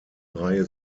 reihe